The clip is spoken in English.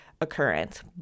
occurrence